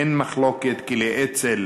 אין מחלוקת כי לאצ"ל